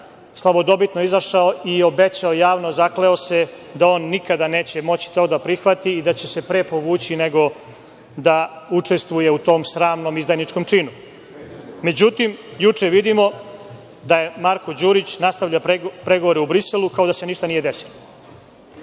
slavodobitno izašao i obećao javno, zakleo se da on nikada neće moći to da prihvati i da će se pre povući nego da učestvuje u tom sramnom izdajničkom činu.Međutim, juče vidimo da Marko Đurić nastavlja pregovore u Briselu kao da se ništa nije desilo.